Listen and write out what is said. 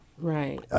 Right